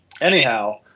Anyhow